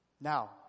Now